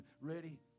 ready